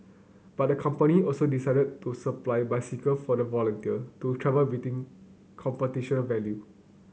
but the company also decided to supply bicycle for the volunteer to travel between competition value